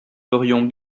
ferions